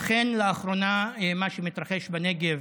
אכן, לאחרונה מה שמתרחש בנגב